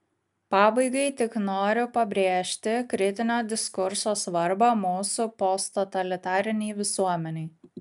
pabaigai tik noriu pabrėžti kritinio diskurso svarbą mūsų posttotalitarinei visuomenei